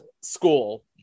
school